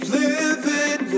living